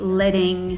letting